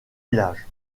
village